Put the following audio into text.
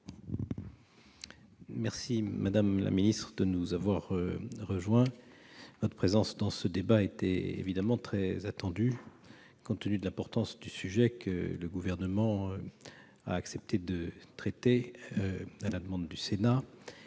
madame la secrétaire d'État. Votre présence dans ce débat était évidemment très attendue, compte tenu de l'importance du sujet que le Gouvernement a accepté de traiter, à la demande du Sénat.